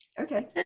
Okay